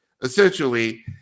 essentially